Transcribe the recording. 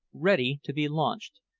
ready to be launched,